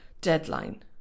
deadline